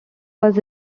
was